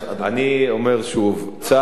אני אומר שוב: צה"ל,